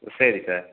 சரி சார்